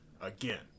again